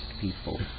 people